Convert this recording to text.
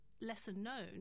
lesser-known